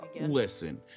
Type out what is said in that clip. Listen